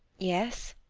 yes,